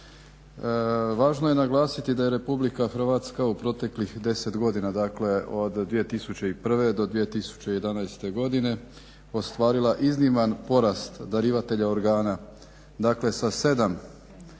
Važno je naglasiti da je Republika Hrvatska u proteklih 10 godina, dakle od 2001. do 2011. godine ostvarila izniman porast darivatelja organa. Dakle, sa 7 na